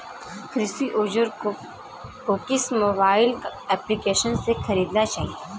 कृषि औज़ार को किस मोबाइल एप्पलीकेशन से ख़रीदना चाहिए?